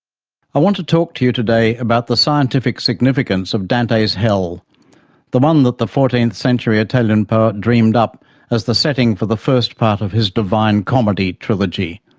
i want to talk to you today about the scientific significance of dante's hell the one that the fourteenth century italian poet dreamed up as the setting for the first part of his divine comedy trilogy,